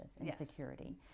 insecurity